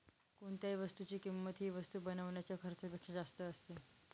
कोणत्याही वस्तूची किंमत ही वस्तू बनवण्याच्या खर्चापेक्षा जास्त असते